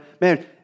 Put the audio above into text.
Man